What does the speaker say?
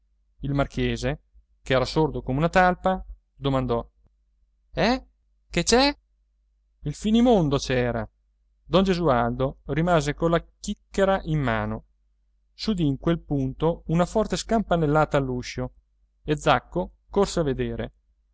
il marchese ch'era sordo come una talpa domandò eh che c'è il finimondo c'era don gesualdo rimase colla chicchera in mano s'udì in quel punto una forte scampanellata all'uscio e zacco corse a vedere